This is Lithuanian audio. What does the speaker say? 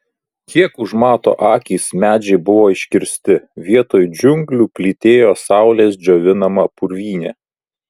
kiek užmato akys medžiai buvo iškirsti vietoj džiunglių plytėjo saulės džiovinama purvynė